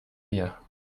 wir